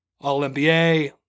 all-NBA